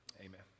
Amen